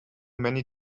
many